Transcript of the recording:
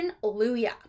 hallelujah